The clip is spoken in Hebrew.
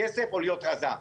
כסף או להיות רזה?